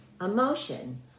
emotion